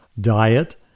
diet